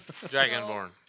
Dragonborn